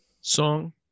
Song